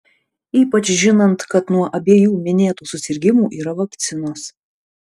ypač žinant kad nuo abiejų minėtų susirgimų yra vakcinos